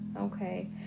Okay